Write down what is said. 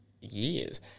years